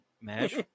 mesh